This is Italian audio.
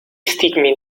stigmi